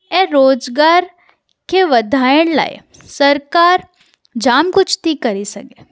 ऐं रोज़गार खे वधाइण लाइ सरकारि जाम कुझु थी करे सघे